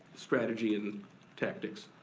strategy and tactics.